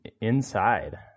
inside